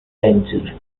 venture